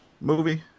movie